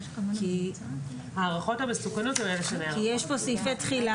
כי יש פה סעיף תחילה